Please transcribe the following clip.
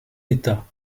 état